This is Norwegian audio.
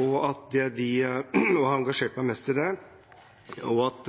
og har engasjert meg mest i det – og at